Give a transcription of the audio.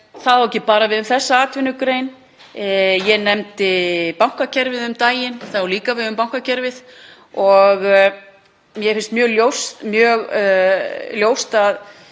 Það á ekki bara við um þessa atvinnugrein, ég nefndi bankakerfið um daginn, það á líka við um bankakerfið. Mér finnst mjög ljóst